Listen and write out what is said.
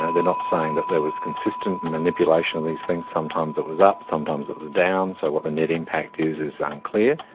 are not saying that there was consistent manipulation of these things, sometimes it was up, sometimes it was down, so what the net impact is is unclear.